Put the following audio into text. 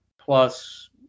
plus